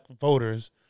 voters